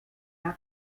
nad